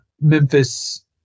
Memphis